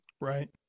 Right